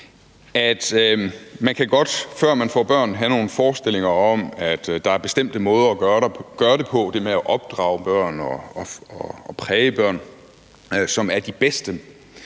at man, før man får børn, godt kan have nogle forestillinger om, at nogle bestemte måder at gøre det med at opdrage børn og præge børn på er de bedste.